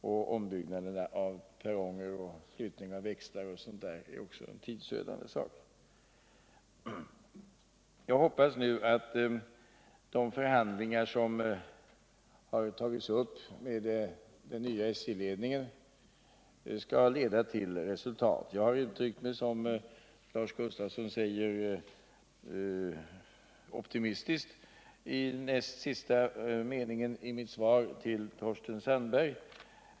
— och ombyggnad av perronger och flyttningar av växlar och liknande är också tidsödande saker. Jag hoppas att de förhandlingar som tagits upp med den nya SJ-ledningen skall leda till resultat. Jag har uttryckt mig optimistiskt, som Lars Gustafsson säger, i mitt svar till Torsten Sandberg.